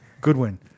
Goodwin